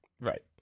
Right